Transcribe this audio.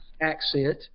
accent